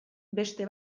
beste